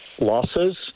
losses